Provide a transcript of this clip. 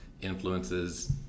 influences